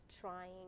trying